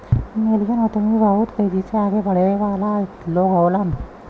million उद्यमी बहुत तेजी से आगे बढ़े वाला लोग होलन